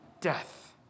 death